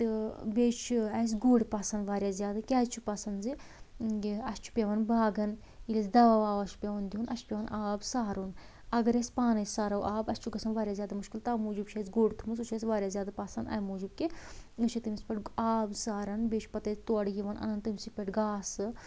بیٚیہِ چھِ اسہِ گُر پسند واریاہ زیادٕ کیازِ چھ پسند زِ یہِ اسہِ چھ پیوان باغن ییٚلہِ أسۍ دوا ووا چھِ پیوَان دُیُن اسہِ چھ پیوَان آب سارُن اگر أسۍ پانے سارو آب اسہِ چھ گژھان واریاہ زیادٕ مُشکِل توٕ موُجوٗب چھُ اسہِ گُر تھوٚمت سُہ چھِ اسہِ واریاہ زیادٕ پسند امہِ موُجوٗب کہِ أسۍ چھِ تٔمس پیٹھ آب ساران بیٚیہِ چھِ پتہٕ أسۍ تورٕ یِوان اَنان تٔمۍ سٕے پیٹھ گاسہٕ